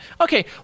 Okay